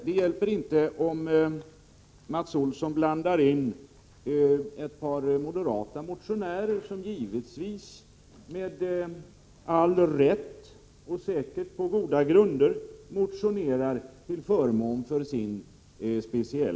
Det hjälper inte att Mats Olsson blandar in ett par moderata motionärer, som givetvis med all rätt och säkert på goda grunder motionerar till förmån för sin hembygd.